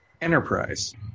Enterprise